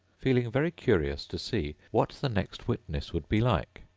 feeling very curious to see what the next witness would be like,